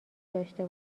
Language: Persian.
داشته